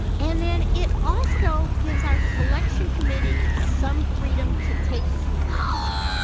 and then it also gives our selection committee some freedom to take some risk.